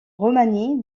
roumanie